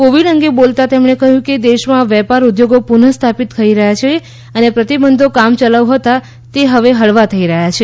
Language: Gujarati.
કોવિડ અંગે બોલતાં તેમણે કહ્યું કે દેશમાં વેપાર ઉદ્યોગો પુનઃ સ્થાપિત થઈ રહ્યા છે અને પ્રતિબંધો કામચલાઉ હતા તે હવે હળવા થઈ રહ્યા છે